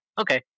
okay